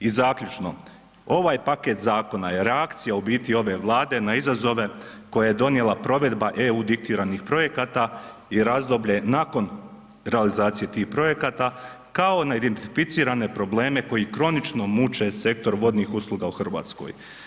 I zaključno, ovaj paket zakona je reakcija u biti ove Vlade na izazove koje je donijela provedba EU diktiranih projekata i razdoblje nakon realizacije tih projekata kao na identificirane probleme koji kronično muče sektor vodnih usluga u Hrvatskoj.